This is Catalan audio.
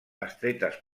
estretes